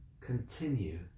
continue